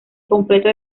completo